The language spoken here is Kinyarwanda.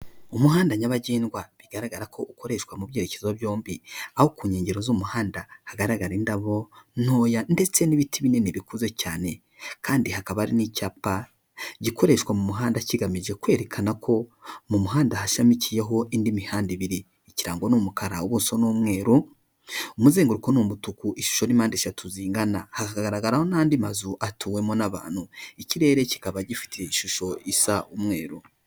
Umuhanda nyabagendwa bigaragara ko ukoreshwa mu byerekezo byombi aho ku nkengero z'umuhanda hagaragara indabo ntoya ndetse n'ibiti binini bikuze cyane kandi hakaba hari n'icyapa gikoreshwa mu muhanda kigamije kwerekana ko mu muhanda hashamikiyeho indi mihanda ibiri kirangwa n'umukara ubuso n'umweru umuzenguruko ni umutuku ishusho ni mpande eshatu zingana hagaragaraho n'andi mazu atuwemo n'abantu ikirere kikaba gifite ishusho risa umweru.